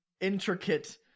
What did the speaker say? intricate